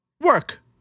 work